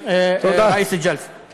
תודה, יושב-ראש הישיבה.) תודה.